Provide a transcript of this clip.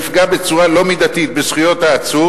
שלא יפגע בצורה לא מידתית בזכויות העצור